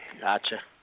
Gotcha